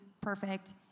perfect